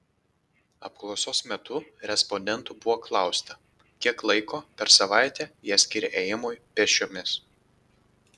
apklausos metu respondentų buvo klausta kiek laiko per savaitę jie skiria ėjimui pėsčiomis